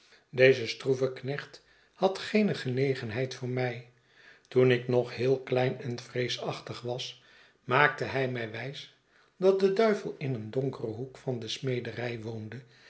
deze stroeve knecht had geene genegenheid voor mij toen ik nog heel klein en vreesachtig was maakte hij mij wijs dat de duivel in een donkeren hoek van de smederij